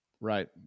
Right